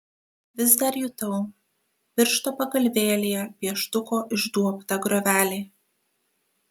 vis dar jutau piršto pagalvėlėje pieštuko išduobtą griovelį